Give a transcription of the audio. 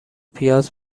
پیاز